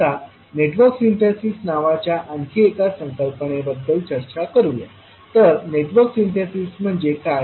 आता network synthesis नावाच्या आणखी एका संकल्पनेबद्दल चर्चा करूया तर नेटवर्क सिंथेसिस म्हणजे काय